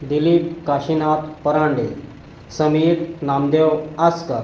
Dilip Kashinath Parande Sameer Namdev Askar